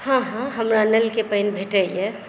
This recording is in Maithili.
हँ हँ हमरा नलके पानि भेटैय